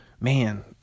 man